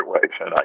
situation